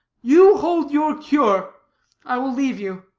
you hold your cure i will leave you.